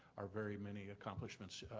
our very many accomplishments.